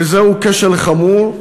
וזהו כשל חמור.